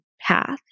path